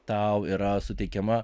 tau yra suteikiama